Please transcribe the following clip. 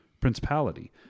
principality